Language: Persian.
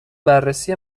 بررسی